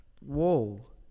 Whoa